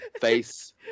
face